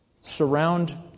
surround